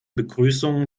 begrüßung